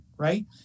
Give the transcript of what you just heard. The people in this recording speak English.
right